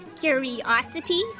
curiosity